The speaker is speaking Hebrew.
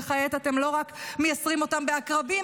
וכעת אתם לא רק מייסרים אותם בעקרבים,